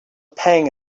pang